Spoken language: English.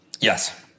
Yes